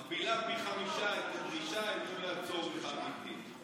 מכפילה פי חמישה את הדרישה אל מול הצורך האמיתי.